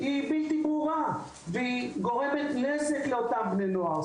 זה לא ברור וזה גורם נזק לבני הנוער.